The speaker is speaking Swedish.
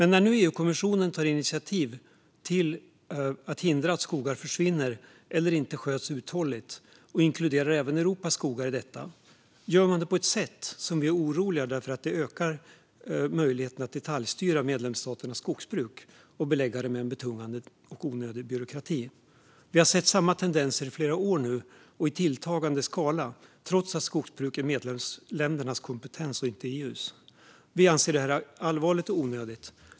När nu EU-kommissionen tar initiativ för att hindra att skogar försvinner eller inte sköts uthålligt och inkluderar även Europas skogar i detta gör man det på ett sätt som oroar, för det ökar möjligheterna att detaljstyra medlemsstaternas skogsbruk och belägga det med betungande och onödig byråkrati. Vi har sett samma tendenser i flera år nu, och i tilltagande skala, trots att skogsbruk är medlemsländernas kompetens och inte EU:s. Vi anser att detta är allvarligt och onödigt.